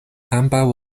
ambaŭ